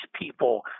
people